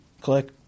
click